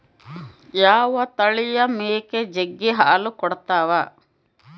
ಯಾವ ತಳಿಯ ಮೇಕೆ ಜಗ್ಗಿ ಹಾಲು ಕೊಡ್ತಾವ?